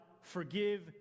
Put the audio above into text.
forgive